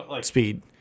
speed